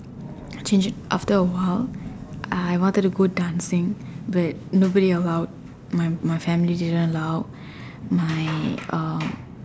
change it after a while I wanted to go dancing but nobody allowed my my family didn't allow my um